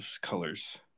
colors